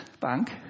Bank